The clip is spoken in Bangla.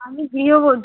আমি গৃহবধূ